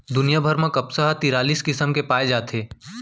दुनिया भर म कपसा ह तिरालिस किसम के पाए जाथे